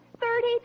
thirty